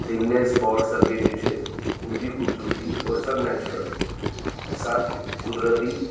ते इ'नें स्पाटस अग्गें पिच्छे उं'दी खूबसूरती होर सब नेचरुल सब कुदरती